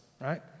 right